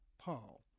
Paul